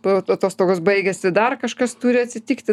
po atostogos baigėsi dar kažkas turi atsitikti